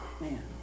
Man